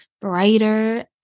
brighter